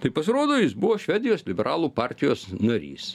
tai pasirodo jis buvo švedijos liberalų partijos narys